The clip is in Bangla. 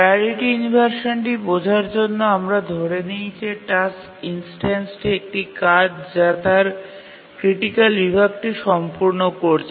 প্রাওরিটি ইনভারসানটি বোঝার জন্য আমরা ধরে নিই যে টাস্ক ইনস্টান্সটি একটি কাজ যা তার ক্রিটিকাল বিভাগটি সম্পাদন করছে